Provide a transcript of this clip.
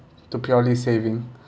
to purely saving